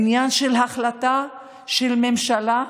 עניין של החלטה של הממשלה,